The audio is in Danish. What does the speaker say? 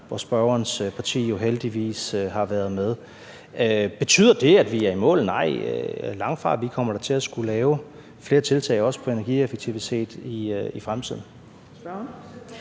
hvor spørgerens parti jo heldigvis har været med. Betyder det, at vi er i mål? Nej, langtfra. Vi kommer da til at skulle lave flere tiltag også på energieffektivitet i fremtiden.